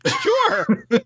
Sure